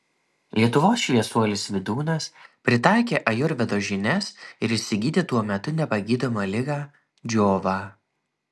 lietuvos šviesuolis vydūnas pritaikė ajurvedos žinias ir išsigydė tuo metu nepagydomą ligą džiovą